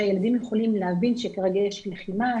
שהילדים יכולים להבין שכרגע יש לחימה,